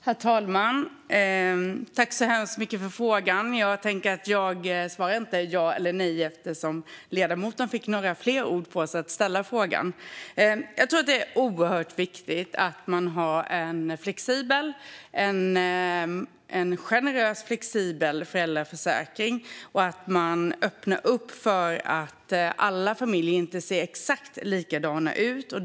Herr talman! Jag tackar så hemskt mycket för frågan. Jag tänker inte svara ja eller nej eftersom ledamoten fick några fler ord på sig att ställa frågan. Jag tror att det är oerhört viktigt att ha en generös och flexibel föräldraförsäkring och öppna upp för att alla familjer inte ser exakt likadana ut.